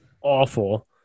awful